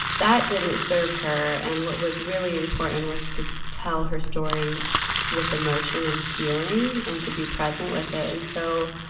that didn't serve her. and what was really important was to tell her story with emotion and feeling and to be present with it. and so,